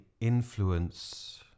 influence